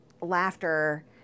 laughter